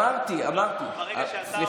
ברגע שאתה מחליט,